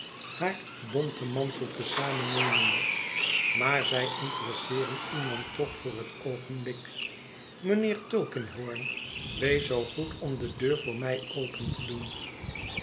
haar bonten mantel te zamon nemende maar zij interesseeren iemand toch voor het oogenblik mijnheer tulkinghorn wees zoo goed om de deur voor mij open te doen